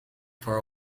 for